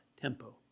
tempo